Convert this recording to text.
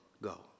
go